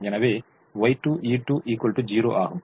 எனவே Y2 u20 ஆகும்